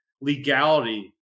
legality